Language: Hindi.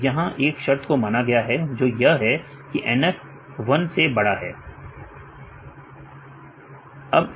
तो यहां एक शर्त को माना गया है जो यह है कि NF 1 से बड़ा है अब इसकी मैं व्याख्या करूंगा